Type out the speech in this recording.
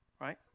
right